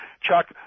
Chuck